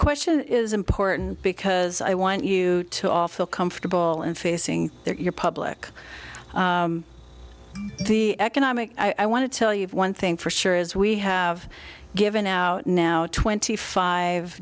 question is important because i want you to off feel comfortable in facing your public the economic i want to tell you one thing for sure is we have given out now twenty five